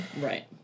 Right